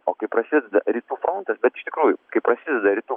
o kai prasideda rytų frontas bet iš tikrųjų kai prasideda rytų